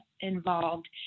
involved